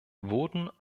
wurden